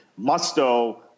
Musto